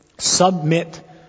Submit